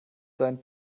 seinen